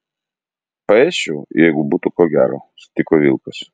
paėsčiau jeigu būtų ko gero sutiko vilkas